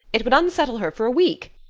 it would unsettle her for a week.